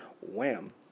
Wham